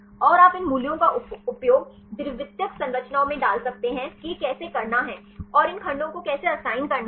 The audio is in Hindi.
और आप इन मूल्यों का उपयोग द्वितीयक संरचनाओं में डाल सकते हैं कि यह कैसे करना है और इन खंडों को कैसे असाइन करना है